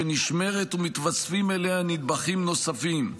שנשמרת ומתווספים אליה נדבכים נוספים,